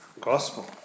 gospel